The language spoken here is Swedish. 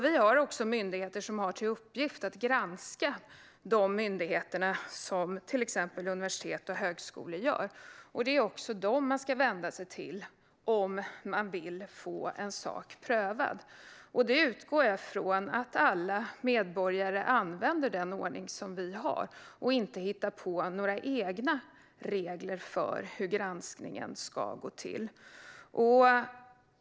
Vi har också myndigheter som har till uppgift att granska till exempel universitet och högskolor. Det är dessa man ska vända sig till om man vill få en sak prövad. Jag utgår från att alla medborgare använder den ordning vi har och inte hittar på egna regler för hur granskningen ska gå till.